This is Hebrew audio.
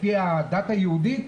לפי הדת היהודית?